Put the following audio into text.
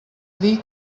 dir